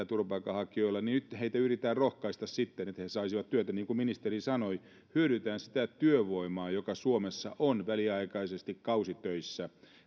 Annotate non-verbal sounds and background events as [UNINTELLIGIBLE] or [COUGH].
[UNINTELLIGIBLE] turvapaikanhakijoilla niin nyt heitä yritetään rohkaista sitten että he saisivat työtä niin kuin ministeri sanoi hyödynnetään sitä työvoimaa joka suomessa on väliaikaisesti